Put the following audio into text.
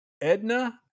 Edna